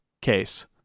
case